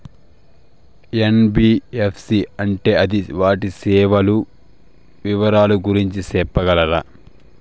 NBFC అంటే అది వాటి సేవలు వివరాలు గురించి సెప్పగలరా?